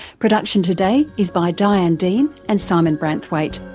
production today is by diane dean and simon branthwaite.